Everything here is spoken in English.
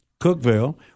Cookville